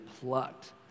plucked